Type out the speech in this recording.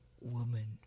woman